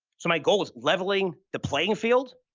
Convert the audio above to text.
so, my goal is leveling the playing field,